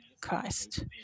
Christ